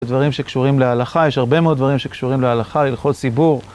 דברים שקשורים להלכה, יש הרבה מאוד דברים שקשורים להלכה, להילכות ציבור